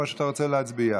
או שאתה רוצה להצביע?